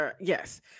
Yes